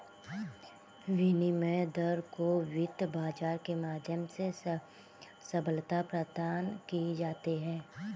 विनिमय दर को वित्त बाजार के माध्यम से सबलता प्रदान की जाती है